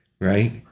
Right